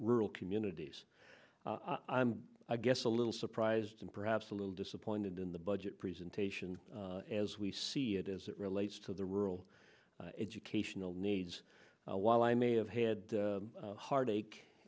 rural communities i'm i guess a little surprised and perhaps a little disappointed in the budget presentation as we see it as it relates to the rural educational needs while i may have had heartache